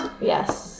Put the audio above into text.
Yes